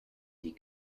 die